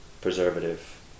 preservative